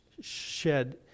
shed